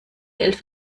elf